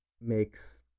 makes